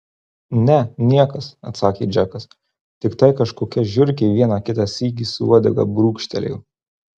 ne niekas atsakė džekas tiktai kažkokia žiurkė vieną kitą sykį su uodega brūkštelėjo